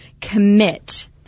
commit